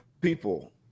people